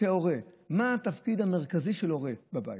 הורה: מה התפקיד המרכזי של הורה בבית,